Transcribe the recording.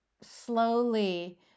slowly